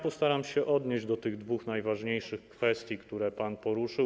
Postaram się odnieść do tych dwóch najważniejszych kwestii, które pan poruszył.